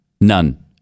None